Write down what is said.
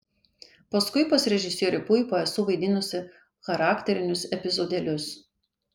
paskui pas režisierių puipą esu vaidinusi charakterinius epizodėlius